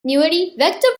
vector